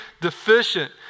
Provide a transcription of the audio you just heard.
deficient